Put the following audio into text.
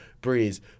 Breeze